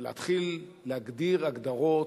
ולהתחיל להגדיר הגדרות,